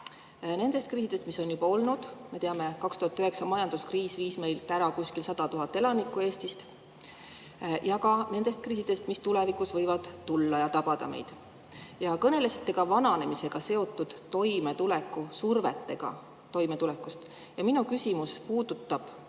nendest kriisidest, mis on juba olnud – me teame, 2009 viis majanduskriis meilt Eestist ära kuskil 100 000 elanikku – ja ka nendest kriisidest, mis tulevikus võivad tulla ja tabada meid. Kõnelesite ka vananemisega seotud survega toimetulekust. Minu küsimus puudutab